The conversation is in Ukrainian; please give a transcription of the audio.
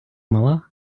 мала